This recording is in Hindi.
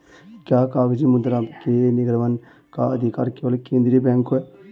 क्या कागजी मुद्रा के निर्गमन का अधिकार केवल केंद्रीय बैंक को है?